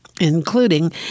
including